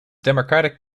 democratic